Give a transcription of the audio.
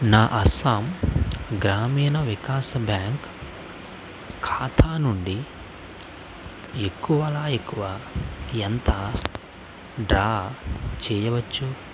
నా అస్సాం గ్రామీణ వికాస్ బ్యాంక్ ఖాతా నుండి ఎక్కువలో ఎక్కువ ఎంత డ్రా చేయవచ్చు